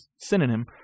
synonym